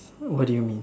what do you mean